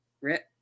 rip